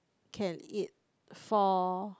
can eat four